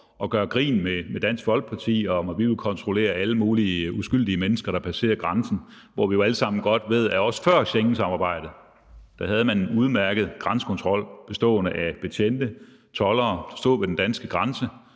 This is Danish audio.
at gøre grin med Dansk Folkeparti ved at sige, at vi vil kontrollere alle mulige uskyldige mennesker, der passerer grænsen. Vi ved jo godt alle sammen, at også før Schengensamarbejdet var der en udmærket grænsekontrol bestående af betjente og toldere, der stod ved den danske grænse